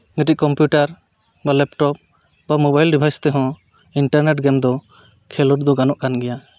ᱢᱤᱫᱴᱤᱡ ᱠᱚᱢᱯᱤᱭᱩᱴᱟᱨ ᱵᱟ ᱞᱮᱯᱴᱚᱯ ᱵᱟ ᱢᱳᱵᱟᱭᱤᱞ ᱰᱤᱵᱷᱟᱭᱤᱥ ᱛᱮᱦᱚᱸ ᱤᱱᱴᱟᱨᱱᱮᱴ ᱜᱮᱢ ᱫᱚ ᱠᱷᱮᱞᱳᱰ ᱫᱚ ᱜᱟᱱᱚᱜ ᱠᱟᱱ ᱜᱮᱭᱟ